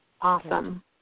Awesome